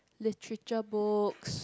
literature books